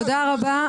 תודה רבה.